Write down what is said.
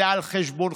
זה על חשבונכם.